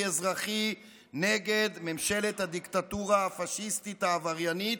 אזרחי נגד ממשלת הדיקטטורה הפשיסטית העבריינית,